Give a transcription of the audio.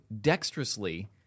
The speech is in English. dexterously